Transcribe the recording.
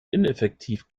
ineffektiv